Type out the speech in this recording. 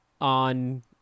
on